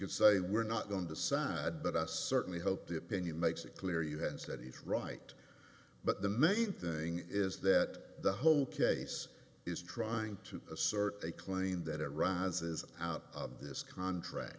could say we're not going to side but i certainly hope the opinion makes it clear you had said he's right but the main thing is that the whole case is trying to assert a claim that it rises out of this contr